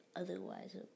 otherwise